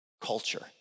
culture